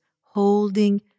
holding